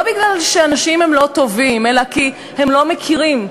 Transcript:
לא מפני שאנשים הם לא טובים אלא כי הם לא מכירים,